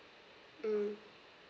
mm